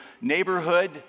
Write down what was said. neighborhood